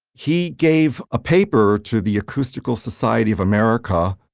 he gave a paper to the acoustical society of america,